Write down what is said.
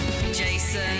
Jason